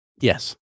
Yes